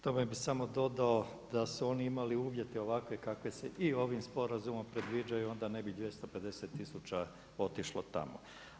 Tome bih samo dodao da su oni imali uvjete ovakve kakvi se i ovim sporazumom predviđaju onda ne bi 250 000 otišlo tamo.